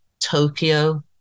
Tokyo